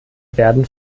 werden